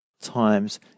times